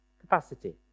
capacity